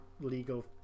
legal